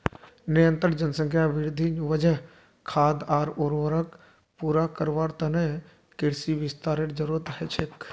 निरंतर जनसंख्या वृद्धिर वजह खाद्य आर ऊर्जाक पूरा करवार त न कृषि विस्तारेर जरूरत ह छेक